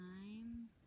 time